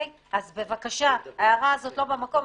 אז בבקשה, ההערה הזאת לא במקום.